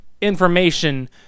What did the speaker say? information